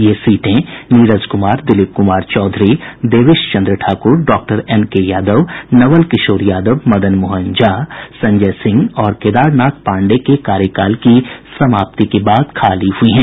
ये सीटें Neeraj Kumar Dilip Kumar Chaudhary Devesh Chandra Thakur Dr N K Yadav Naval Kishore Yadav Madan Mohan Jha Sanjay Singh और केदार नाथ पाण्डेय के कार्यकाल की समाप्ति के बाद खाली हुई हैं